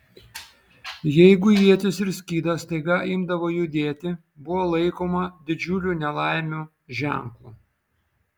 jeigu ietis ir skydas staiga imdavo judėti buvo laikoma didžiulių nelaimių ženklu